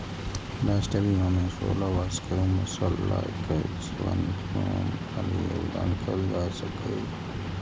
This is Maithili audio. राष्ट्रीय बीमा मे सोलह वर्ष के उम्र सं लए कए सेवानिवृत्तिक उम्र धरि योगदान कैल जा सकैए